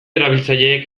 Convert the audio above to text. erabiltzaileek